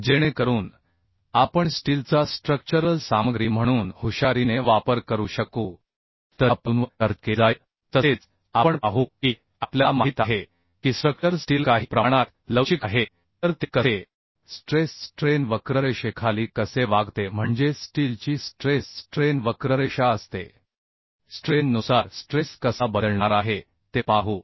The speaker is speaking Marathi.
जेणेकरून आपण स्टीलचा स्ट्रक्चरल सामग्री म्हणून हुशारीने वापर करू शकू तर या पैलूंवर चर्चा केली जाईल तसेच आपण पाहू की आपल्याला माहित आहे की स्ट्रक्चर स्टील काही प्रमाणात लवचिक आहे तर ते कसे स्ट्रेस स्ट्रेन वक्ररेषेखाली कसे वागते म्हणजे स्टीलची स्ट्रेस स्ट्रेन वक्ररेषा असते स्ट्रेन नुसार स्ट्रेस कसा बदलणार आहे ते पाहू